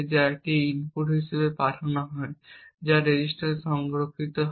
যা একটি ইনপুট হিসাবে পাঠানো হয় যা রেজিস্টারে সংরক্ষিত হয়